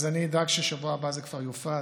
אז אני אדאג שבשבוע הבא זה כבר יופץ.